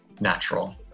natural